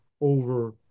over